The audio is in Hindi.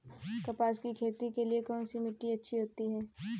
कपास की खेती के लिए कौन सी मिट्टी अच्छी होती है?